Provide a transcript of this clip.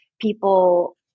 people